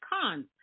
cons